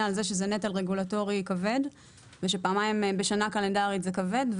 על כך שזה נטל רגולטורי כבד ושפעמיים בשנה קלנדרית זה כבד.